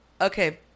Okay